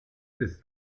ist